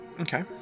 Okay